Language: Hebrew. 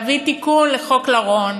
להביא תיקון לחוק לרון